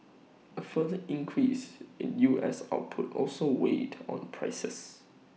A further increase in U S output also weighed on prices